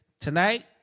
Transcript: Tonight